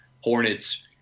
Hornets